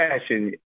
passion